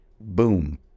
boom